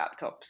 laptops